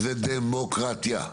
זו דמוקרטיה.